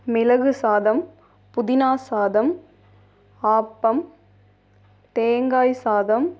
மிளகு சாதம் புதினா சாதம் ஆப்பம் தேங்காய் சாதம்